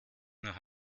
noch